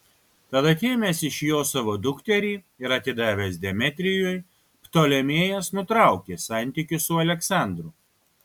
tad atėmęs iš jo savo dukterį ir atidavęs demetrijui ptolemėjas nutraukė santykius su aleksandru